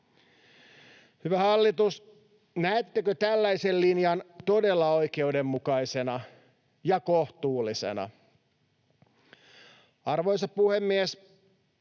Hyvä hallitus, näettekö tällaisen linjan todella oikeudenmukaisena ja kohtuullisena? Arvoisa puhemies!